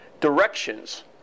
directions